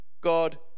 God